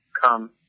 come